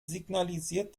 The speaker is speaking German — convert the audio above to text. signalisiert